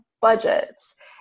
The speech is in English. budgets